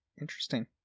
interesting